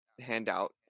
handout